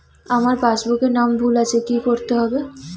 আমার পাসবুকে নাম ভুল আছে কি করতে হবে?